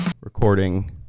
recording